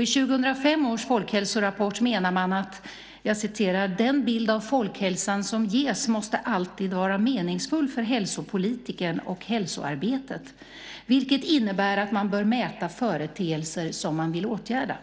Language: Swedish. I 2005 års folkhälsorapport sägs att "den bild av folkhälsan som ges måste - alltid vara meningsfull för hälsopolitiken och hälsoarbetet, vilket innebär att man bör mäta företeelser som man vill åtgärda".